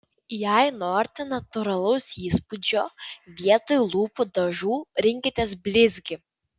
jei norite natūralaus įspūdžio vietoj lūpų dažų rinkitės blizgį